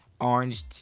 orange